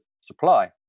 supply